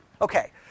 Okay